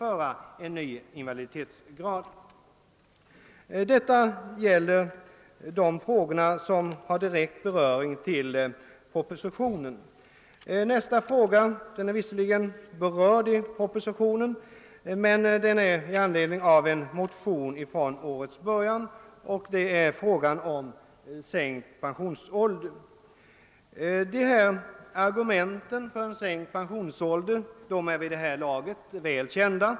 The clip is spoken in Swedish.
Vad jag hittills sagt gäller de frågor som har direkt beröring med propositionen. Nästa fråga jag skall ta upp berörs visserligen i propositionen, men den behandlas i utskottsutlåtandet med anledning av en motion som väcktes vid årets början. Det gäller frågan om en sänkning av pensionsåldern. Argumenten för en sänkt pensionsålder är vid det här laget väl kända.